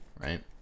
right